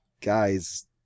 guys